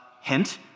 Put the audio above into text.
hint